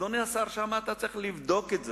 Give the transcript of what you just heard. אדוני השר, שם אתה צריך לבדוק את זה,